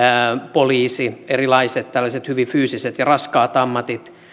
poliisi erilaiset tällaiset hyvin fyysiset ja raskaat ammatit